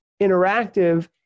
interactive